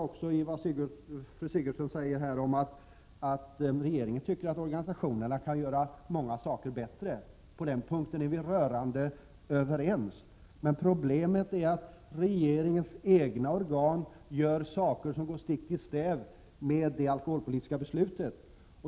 Gertrud Sigurdsen sade att regeringen tycker att organisationerna kan göra många saker bättre, och jag instämmer i detta. På den punkten är vi rörande överens. Men problemet är att regeringens egna organ vidtar åtgärder som går stick i stäv emot det alkoholpolitiska beslutet.